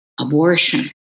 abortion